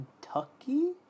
Kentucky